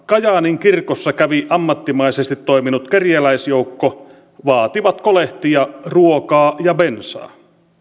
kajaanin kirkossa kävi ammattimaisesti toiminut kerjäläisjoukko vaativat kolehtia ruokaa ja bensaa